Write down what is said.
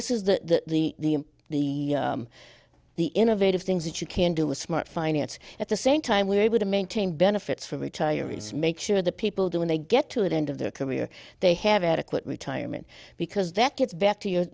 is the the the the innovative things that you can do with smart finance at the same time we're able to maintain benefits for retirees make sure that people do when they get to an end of their career they have adequate retirement because that gets back to your